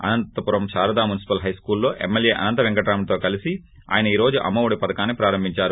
Anantapuram Sharada municipal high స్కౌల్లో MLA Anantha పెంకటరామిరెడ్డితో కలిసి ఆయన ఈ రోజు అమ్మ ఒడి పథకాన్ని ప్రారంభించారు